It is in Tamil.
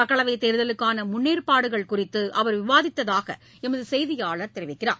மக்களவை தேர்தலுக்கான முன்னேற்பாடுகள் குறித்து அவர் விவாதித்ததாக எமது செய்தியாளர் தெரிவிக்கிறார்